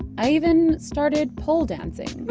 i even started poll-dancing.